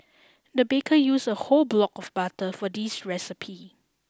the baker used a whole block of butter for this recipe